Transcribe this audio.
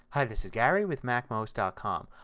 hi, this is gary with macmost ah com.